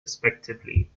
respectively